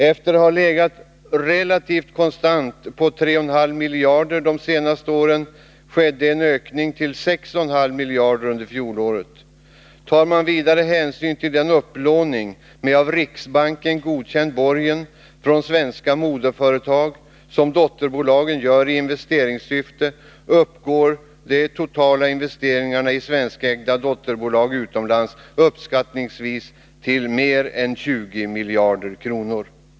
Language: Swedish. Efter att ha legat relativt konstant på 3,5 miljarder de senaste åren ökade de till 6,5 miljarder under fjolåret. Tar man vidare hänsyn Nr 88 investeringarna i svenskägda dotterbolag utomlands uppskattningsvis till | mer än 20 miljarder kronor.